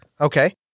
Okay